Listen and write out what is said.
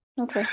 okay